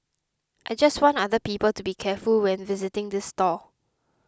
I just want other people to be careful when visiting this stall